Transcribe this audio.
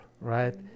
right